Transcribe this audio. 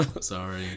Sorry